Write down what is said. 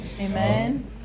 Amen